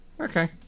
Okay